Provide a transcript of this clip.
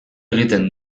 egiten